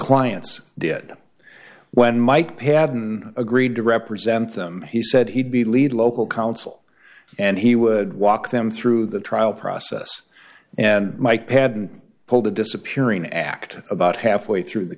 clients did when mike peden agreed to represent them he said he'd be lead local council and he would walk them through the trial process and mike hadn't pulled the disappearing act about halfway through the